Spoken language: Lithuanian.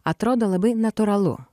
atrodo labai natūralu